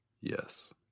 yes